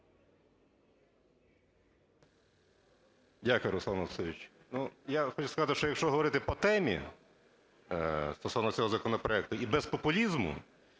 Дякую, Руслан Олексійович. Я хочу сказати, що якщо говорити по темі стосовно цього законопроекту і без популізму,